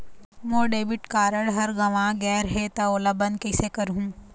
मोर debit card हर गंवा गैर गए हे त ओला बंद कइसे करहूं?